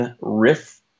riff